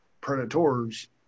predators